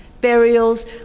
burials